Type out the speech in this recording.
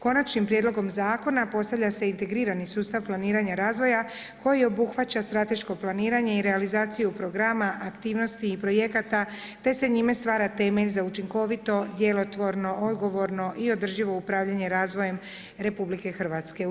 Konačnim prijedlogom zakona postavlja se integrirani sustav planiranja razvoja koji obuhvaća strateško planiranje i realizaciju programa, aktivnosti i projekata te se njime stvara temelj za učinkovito, djelotvorno, odgovorno i održivo upravljanje razvojem Republike Hrvatske.